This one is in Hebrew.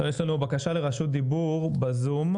טוב, יש לנו בקשה לרשות דיבור בזום.